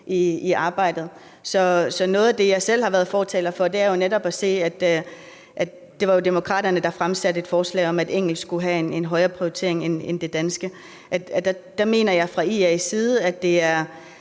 som er den realistiske stemme, den pragmatiske stemme i arbejdet. Det var jo Demokraterne, der fremsatte et forslag om, at engelsk skulle have en højere prioritering end det danske. Der mener vi fra IA's side, at det er